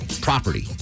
property